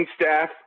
staff